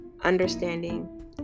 understanding